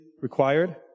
required